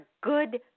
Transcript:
good